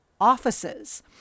offices